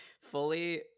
fully